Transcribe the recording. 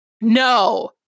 No